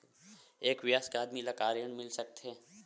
एक वयस्क आदमी ल का ऋण मिल सकथे?